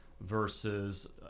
versus